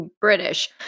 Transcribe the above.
British